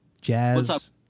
Jazz